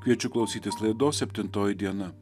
kviečiu klausytis laidos septintoji diena